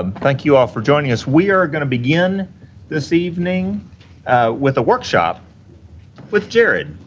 um thank you all for joining us. we are going to begin this evening with a workshop with jarrod